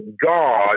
God